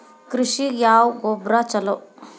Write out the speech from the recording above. ಕೃಷಿಗ ಯಾವ ಗೊಬ್ರಾ ಛಲೋ?